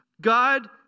God